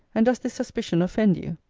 and does this suspicion offend you?